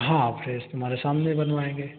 हाँ फिर तुम्हारे सामने ही बनवाएँगे